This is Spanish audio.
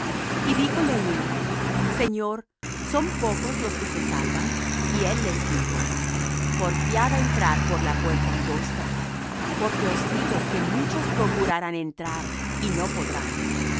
y díjole uno señor son pocos los que se salvan y él les dijo porfiad á entrar por la puerta angosta porque os digo que muchos procurarán entrar y no podrán